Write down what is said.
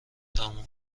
تموم